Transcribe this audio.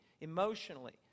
emotionally